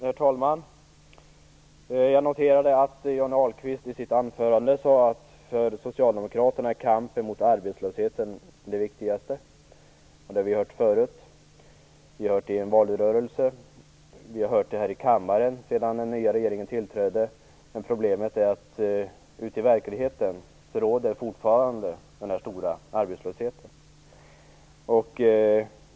Herr talman! Jag noterade att Johnny Ahlqvist i sitt anförande sade att för socialdemokraterna är kampen mot arbetslösheten det viktigaste. Det har vi hört förut. Vi har hört det i en valrörelse och vi har hört det här i kammaren sedan den nya regeringen tillträdde, men problemet är att ute i verkligheten råder fortfarande den stora arbetslösheten.